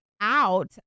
out